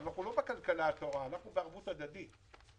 אבל אנחנו לא בכלכלה טהורה, אנחנו בערבות הדדית.